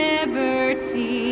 Liberty